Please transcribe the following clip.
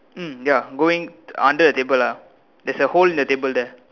mm ya going under the table ah there's a hole in the table there